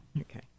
Okay